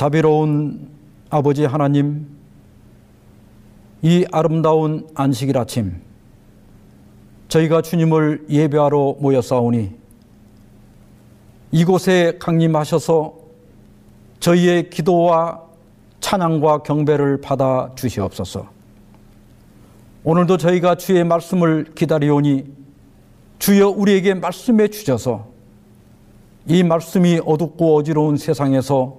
자비로운 아버지 하나님, 이 아름다운 안식일 아침, 저희가 주님을 예배하러 모여 싸우니, 이곳에 강림하셔서 저희의 기도와 찬양과 경배를 받아 주시옵소서. 오늘도 저희가 주의 말씀을 기다리오니 주여 우리에게 말씀해 주셔서 이 말씀이 어둡고 어지러운 세상에서